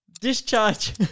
Discharge